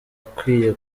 akwiye